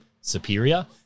superior